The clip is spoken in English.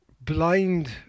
blind